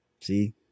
See